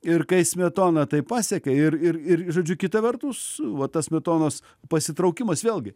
ir kai smetona tai pasekė ir ir ir žodžiu kita vertus va tas smetonos pasitraukimas vėlgi